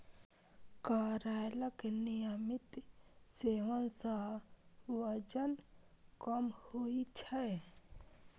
करैलाक नियमित सेवन सं वजन कम होइ छै